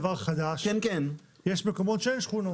חדש, יש מקומות שאין שכונות.